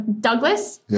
Douglas